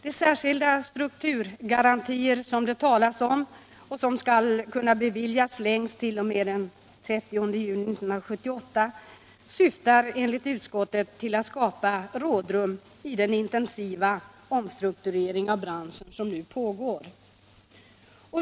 De särskilda strukturgarantier, som det talas om och som skall kunna beviljas längst t.o.m. den 30 juni 1978, syftar enligt utskottet till att skapa rådrum i den intensiva omstrukturering av branschen som nu pågår.